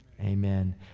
Amen